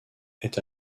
est